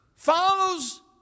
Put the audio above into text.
Follows